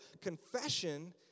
Confession